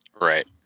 right